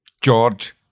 George